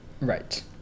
Right